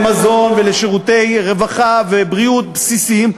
למזון לשירותי רווחה ובריאות בסיסיים,